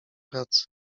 pracy